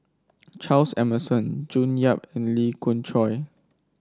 Charles Emmerson June Yap and Lee Khoon Choy